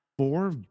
Four